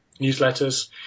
newsletters